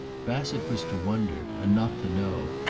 bassett was to wonder, and not to know,